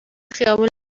خیابون